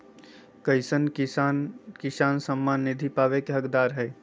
कईसन किसान किसान सम्मान निधि पावे के हकदार हय?